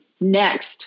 next